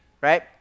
right